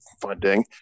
funding